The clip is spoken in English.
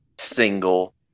single